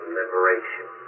liberation